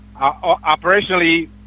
operationally